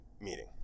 meeting